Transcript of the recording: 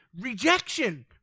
Rejection